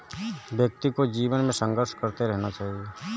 व्यक्ति को जीवन में संघर्ष करते रहना चाहिए